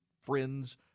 friends